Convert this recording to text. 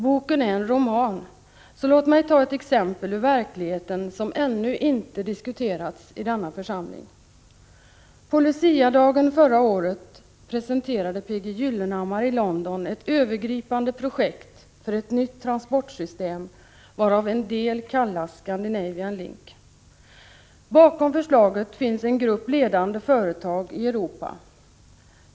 Boken är en roman, så låt mig ta ett exempel ur verkligheten som ännu inte diskuterats i denna församling. På Luciadagen förra året presenterade P.G. Gyllenhammar i London ett övergripande projekt för ett nytt transportsystem varav en del kallas Scandinavian Link. Bakom förslaget finns en grupp ledande företag i Europa.